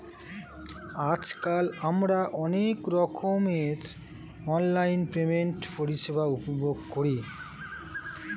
আজকাল আমরা অনেক রকমের অনলাইন পেমেন্ট পরিষেবা উপভোগ করি